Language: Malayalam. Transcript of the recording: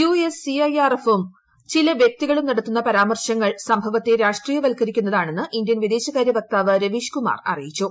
U S C I R എഫും ചില വൃക്തികളും നടത്തുന്ന പരാമർശങ്ങൾ സംഭവത്തെ രാഷ്ട്രീയവത്കരിക്കുന്നതാണെന്ന് ഇന്ത്യൻ വിദേശകാര്യ വക്താവ് രവീഷ് കുമാർ അറിയിച്ചു